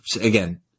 again